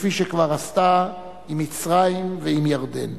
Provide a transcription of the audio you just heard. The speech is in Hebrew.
כפי שכבר עשתה עם מצרים ועם ירדן,